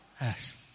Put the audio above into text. Yes